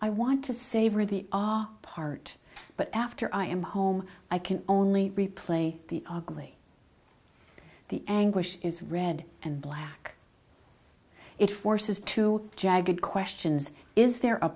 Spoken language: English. i want to save our part but after i am home i can only replay the ugly the anguish is red and black it forces to jagged questions is there a